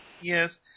Yes